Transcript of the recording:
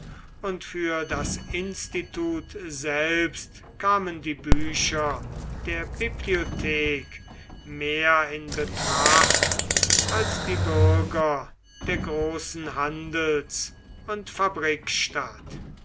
und für das institut selbst kamen die bücher der bibliothek mehr in betracht als die bürger der großen handels und